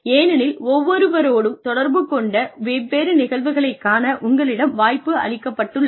ஏனெனில் ஒவ்வொருவரோடும் தொடர்பு கொண்ட வெவ்வேறு நிகழ்வுகளைக் காண உங்களிடம் வாய்ப்பு அளிக்கப்பட்டுள்ளது